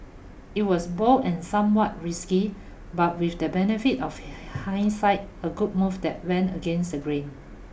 it was bold and somewhat risky but with the benefit of hindsight a good move that went against the grain